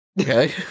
Okay